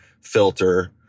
filter